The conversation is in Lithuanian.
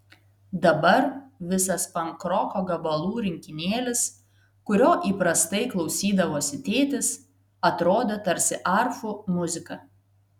dabar visas pankroko gabalų rinkinėlis kurio įprastai klausydavosi tėtis atrodė tarsi arfų muzika